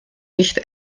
nicht